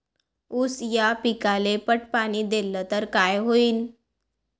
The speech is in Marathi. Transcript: ऊस या पिकाले पट पाणी देल्ल तर काय होईन?